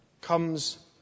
comes